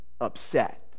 upset